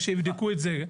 שיבדקו את זה,